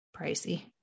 pricey